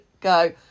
go